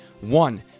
One